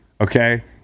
okay